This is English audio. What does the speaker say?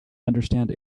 understand